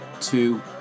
two